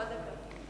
פחות או יותר.